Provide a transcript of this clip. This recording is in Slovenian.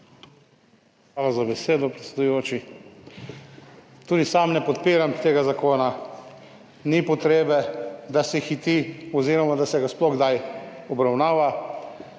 Hvala za besedo, predsedujoči. Tudi sam ne podpiram tega zakona. Ni potrebe, da se hiti oziroma da se ga sploh kdaj obravnava.